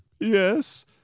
Yes